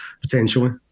potentially